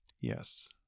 Yes